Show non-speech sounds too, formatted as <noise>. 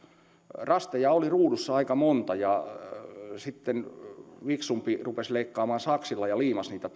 rasteja oli ruudussa aika monta ja sitten fiksumpi rupesi leikkaamaan saksilla ja liimasi niitä <unintelligible>